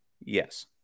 Yes